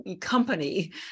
company